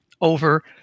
over